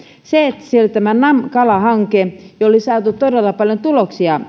siellä on tämä nam kalahanke jolla on saatu todella paljon tuloksia